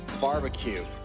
Barbecue